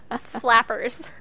flappers